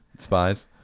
Spies